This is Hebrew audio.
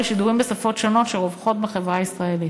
ושידורים בשפות נוספות שרווחות בחברה הישראלית.